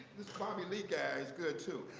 this bobby lee guy is good too.